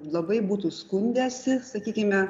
labai būtų skundęsi sakykime